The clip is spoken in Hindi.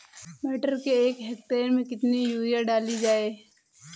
मटर के एक हेक्टेयर में कितनी यूरिया डाली जाए?